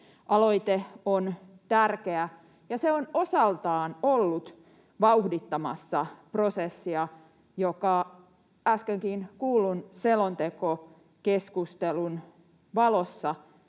Aloite on tärkeä, ja se on osaltaan ollut vauhdittamassa prosessia, joka äskenkin kuullun selontekokeskustelun valossa